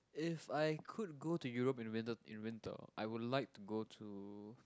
if I could go to Europe in the winter in the winter I would like to go to